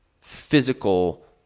physical